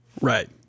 Right